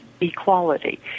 equality